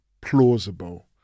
plausible